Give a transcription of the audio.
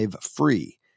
free